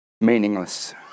meaningless